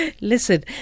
Listen